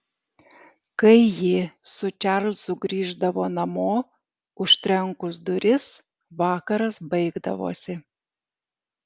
kai ji su čarlzu grįždavo namo užtrenkus duris vakaras baigdavosi